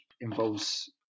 involves